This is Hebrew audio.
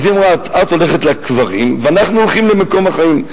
אז היא אמרה לה: את הולכת לקברים ואנחנו הולכים למקום החיים.